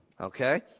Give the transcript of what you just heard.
Okay